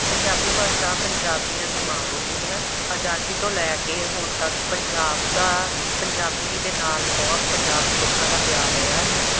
ਪੰਜਾਬੀ ਭਾਸ਼ਾ ਪੰਜਾਬੀਆਂ ਦੀ ਮਾਂ ਬੋਲੀ ਹੈ ਆਜ਼ਾਦੀ ਤੋਂ ਲੈ ਕੇ ਹੁਣ ਤੱਕ ਪੰਜਾਬ ਦਾ ਪੰਜਾਬੀ ਦੇ ਨਾਲ਼ ਬਹੁਤ ਪੰਜਾਬ ਦੇ ਲੋਕਾਂ ਦਾ ਪਿਆਰ ਰਿਹਾ ਹੈ